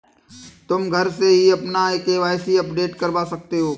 तुम घर से ही अपना के.वाई.सी अपडेट करवा सकते हो